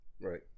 right